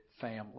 family